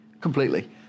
Completely